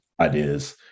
ideas